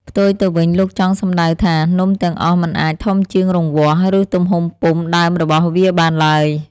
ផ្ទុយទៅវិញ លោកចង់សំដៅថា នំទាំងអស់មិនអាចធំជាងរង្វាស់ ឬទំហំពុម្ពដើមរបស់វាបានឡើយ។